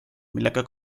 millega